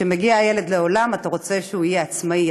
כשמגיע ילד לעולם אתה רוצה שהוא יהיה עצמאי,